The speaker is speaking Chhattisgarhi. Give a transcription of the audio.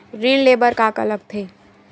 ऋण ले बर का का लगथे?